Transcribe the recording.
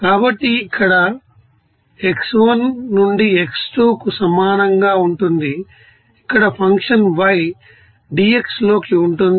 కాబట్టి ఇది ఇక్కడ x1 నుండి x2 కు సమానంగా ఉంటుంది ఇక్కడ ఫంక్షన్ y dx లోకి ఉంటుంది